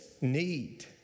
need